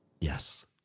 Yes